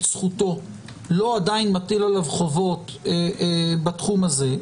זכותו עדיין לא מטיל עליו חובות בתחום הזה.